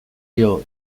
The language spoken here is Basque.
dio